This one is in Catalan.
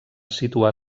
situar